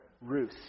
Ruth